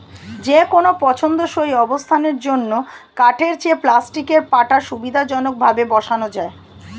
যেকোনো পছন্দসই অবস্থানের জন্য কাঠের চেয়ে প্লাস্টিকের পাটা সুবিধাজনকভাবে বসানো যায়